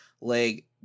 leg